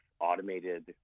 automated